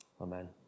Amen